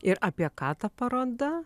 ir apie ką ta paroda